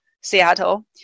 Seattle